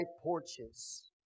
porches